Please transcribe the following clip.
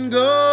go